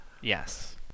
Yes